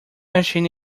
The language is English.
machine